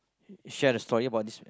share the story about this